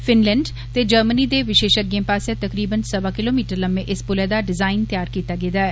Finland ते Germany दे विशेषज्ञें पास्सेआ तकरीबन सवा किलोमीटर लम्में इस पुलै दा डिजाईन तैयार कीता गेदा ऐ